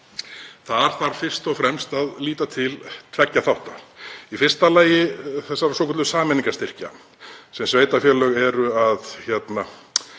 Þar þarf fyrst og fremst að líta til tveggja þátta, í fyrsta lagi þessara svokölluðu sameiningarstyrkja sem sveitarfélög eru að horfa